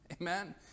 Amen